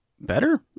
better